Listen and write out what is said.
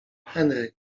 henry